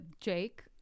Jake